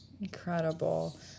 incredible